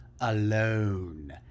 alone